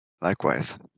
Likewise